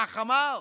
כך אמר.